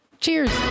cheers